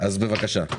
אז בבקשה.